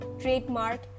trademark